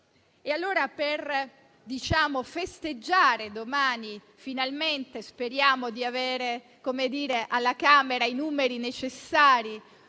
Allora, per festeggiare domani, con l'auspicio di avere alla Camera i numeri necessari